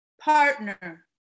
partner